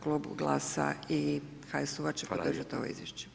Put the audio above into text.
Klub GLAS-a i HSU-a će podržati ovo izvješće.